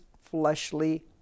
fleshly